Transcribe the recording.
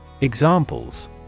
Examples